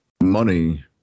money